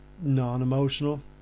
non-emotional